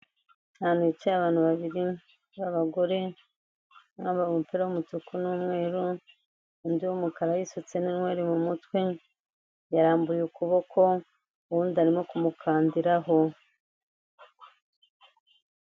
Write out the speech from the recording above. Ahantu hicaye abantu babiri b'abagore, n'uwambaye umupira w 'umutuku n'umweru, undi w'umukara wisutse n'intweri mu mutwe, yarambuye ukuboko uwundi arimo kumukandiraho.